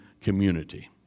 community